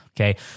Okay